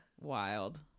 Wild